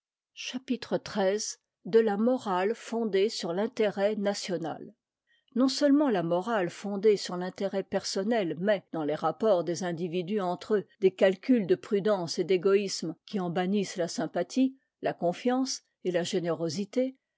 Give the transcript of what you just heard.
chapitre xh de la morale fondée sur m e national non-seulement la morale fondée sur l'intérêt personne met dans les rapports des individus entre eux des calculs de prudence et d'égoisme qui en bannissent la sympathie la confiance et la générosité